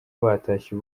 batashye